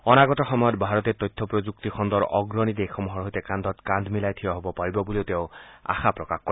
অনাগত সময়ত ভাৰতে তথ্য প্ৰযুক্তি খণ্ডৰ অগ্ৰণী দেশসমূহৰ সৈতে কান্ধত কান্ধ মিলাই থিয় হ'ব পাৰিব বুলিও তেওঁ আশা প্ৰকাশ কৰে